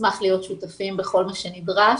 נשמח להיות שותפים בכל מה שנדרש.